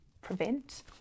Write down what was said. prevent